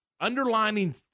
underlining